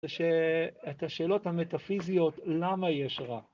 זה שאת השאלות המטאפיזיות, למה יש רע?